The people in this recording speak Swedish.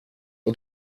och